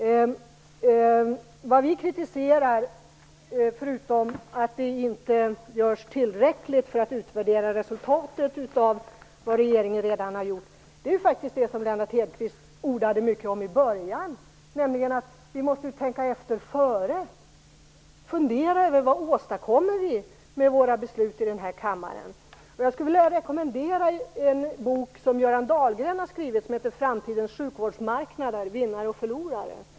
Vad vi kritiserar, förutom att det inte görs tillräckligt för att utvärdera resultatet av vad regeringen redan har gjort, är det som Lennart Hedquist ordade mycket om i början, nämligen att vi måste tänka efter före, fundera över vad vi åstadkommer med våra beslut i den här kammaren. Jag skulle vilja rekommendera en bok som Göran Dahlgren har skrivit som heter Framtidens sjukvårdsmarknader, Vinnare och förlorare.